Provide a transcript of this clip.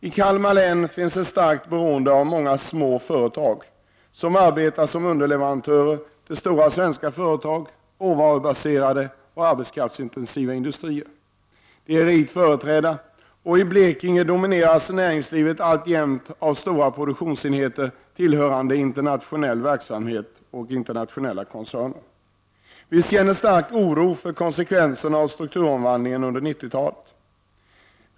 I Kalmar län finns ett starkt beroende av många små företag som arbetar som underleverantörer till stora svenska företag. Råvarubaserade och arbetskraftsintensiva industrier är rikt företrädda, och i Blekinge domineras näringslivet alltjämt av stora produktionsenheter tillhörande internationellt verksamma koncerner. Vi känner stark oro för konsekvenserna av strukturomvandlingen under 90-talet.